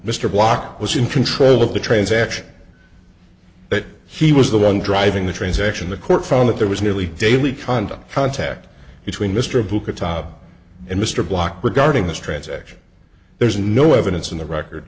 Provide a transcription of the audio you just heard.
mr block was in control of the transaction that he was the one driving the transaction the court found that there was nearly daily conduct contact between mr booker top and mr block regarding this transaction there's no evidence in the record